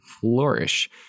flourish